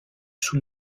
sous